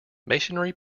masonry